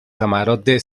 camarote